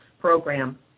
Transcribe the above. program